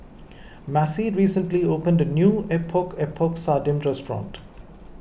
Macie recently opened a new Epok Epok Sardin restaurant